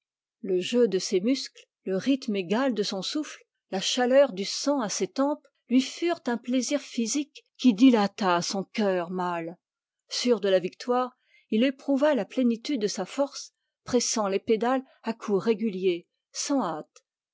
le jeu de ses muscles le rythme égal de son souffle la chaleur du sang à ses tempes lui furent un plaisir physique qui dilata son cœur mâle sûr de la victoire il éprouva la plénitude de sa force pressant les pédales à coups réguliers sans hâte